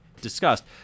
discussed